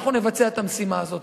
אנחנו נבצע את המשימה הזאת.